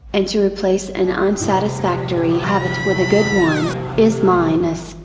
and to replace an unsatisfactory habit with a good one, is minus,